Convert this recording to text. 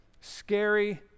scary